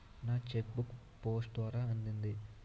నా cheque book post ద్వారా అందింది